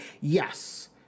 Yes